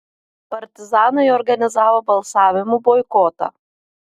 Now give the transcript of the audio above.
partizanai organizavo balsavimų boikotą